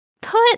Put